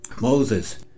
moses